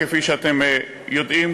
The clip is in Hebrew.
כפי שאתם יודעים,